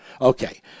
Okay